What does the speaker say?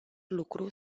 lucru